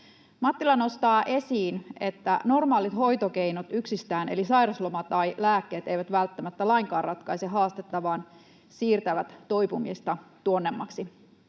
Mattila nostaa esiin, että yksistään normaalit hoitokeinot eli sairasloma tai lääkkeet eivät välttämättä lainkaan ratkaise haastetta, vaan siirtävät toipumista tuonnemmaksi.